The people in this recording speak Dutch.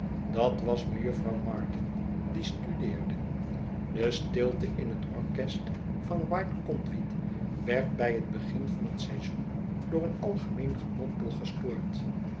dat was mejufvrouw martin die studeerde de stilte in het orchest van white conduit werd bij het begin van het seizoen door een algemeen gemompel gestoord